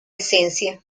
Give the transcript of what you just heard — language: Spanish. esencia